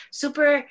super